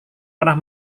pernah